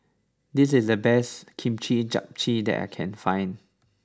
this is the best Kimchi Jjigae that I can find